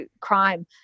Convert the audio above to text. crime